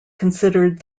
considered